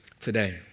today